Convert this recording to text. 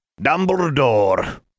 Dumbledore